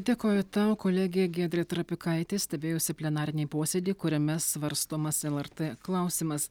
dėkoju tau kolegė giedrė trapikaitė stebėjusi plenarinį posėdį kuriame svarstomas lrt klausimas